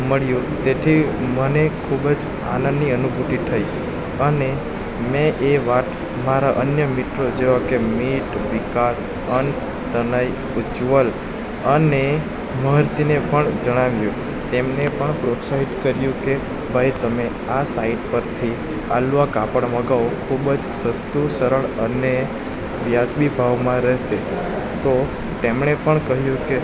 મળ્યું તેથી મને ખૂબ જ આનંદની અનુભૂતિ થઈ અને મેં એ વાત મારા અન્ય મિત્રો જેવા કે મિત વિકાસ અંશ પ્રણય ઉજ્જવલ અને મહર્ષિને પણ જણાવ્યું તેમને પણ પ્રોત્સાહિત કર્યું કે ભાઈ તમે આ સાઇટ પરથી આ લો આ કાપડ મંગાવો તો ખૂબ જ સસ્તું સરળ અને વ્યાજબી ભાવમાં રહેશે તો તેમણે પણ કહ્યું કે